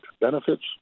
benefits